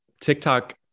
TikTok